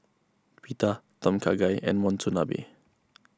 Pita Tom Kha Gai and Monsunabe